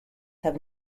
have